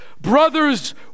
brothers